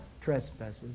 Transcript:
trespasses